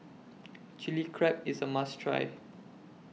Chili Crab IS A must Try